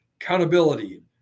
accountability